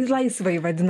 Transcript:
laisvąjį vadina